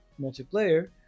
multiplayer